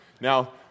Now